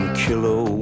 killer